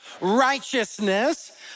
righteousness